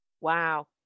Wow